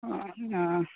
అవునా